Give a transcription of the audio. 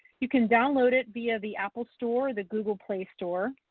you can download it via the apple store or the google play store.